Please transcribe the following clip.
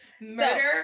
murder